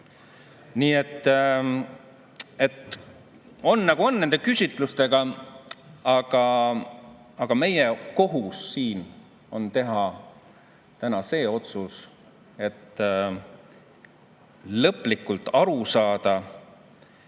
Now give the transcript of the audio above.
Nii et on nagu on nende küsitlustega, aga meie kohus siin on teha täna see otsus, et lõplikult aru saada